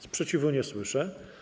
Sprzeciwu nie słyszę.